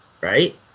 right